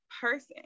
person